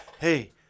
hey